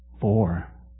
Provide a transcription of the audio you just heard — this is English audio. Four